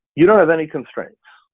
you don't have any constraints.